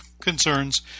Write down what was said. concerns